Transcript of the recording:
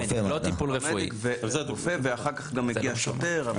רופא ואחר כך גם מגיע שוטר.